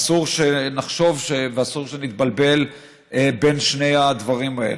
אסור שנחשוב ואסור שנתבלבל בין שני הדברים האלה.